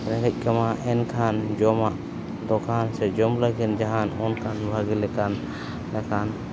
ᱨᱮᱸᱜᱮᱡ ᱠᱟᱢᱟ ᱮᱱᱠᱷᱟᱱ ᱡᱚᱢᱟᱜ ᱫᱚᱠᱟᱱ ᱥᱮ ᱡᱚᱢ ᱞᱟᱹᱜᱤᱫ ᱡᱟᱦᱟᱱ ᱚᱱᱠᱟᱱ ᱵᱷᱟᱹᱜᱤ ᱞᱮᱠᱟᱱ ᱫᱚᱠᱟᱱ